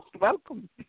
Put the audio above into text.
Welcome